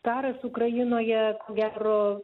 karas ukrainoje ko gero